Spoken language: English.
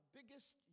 biggest